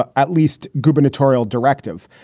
ah at least gubernatorial directive.